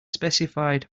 specified